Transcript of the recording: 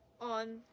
on